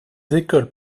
écoles